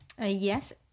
Yes